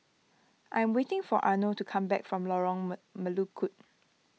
I am waiting for Arno to come back from Lorong mel Melukut